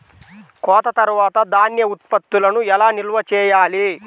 కోత తర్వాత ధాన్య ఉత్పత్తులను ఎలా నిల్వ చేయాలి?